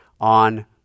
on